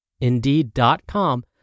Indeed.com